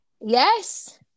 yes